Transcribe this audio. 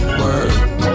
work